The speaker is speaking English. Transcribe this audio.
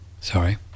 sorry